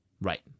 Right